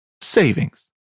savings